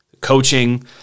coaching